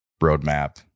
roadmap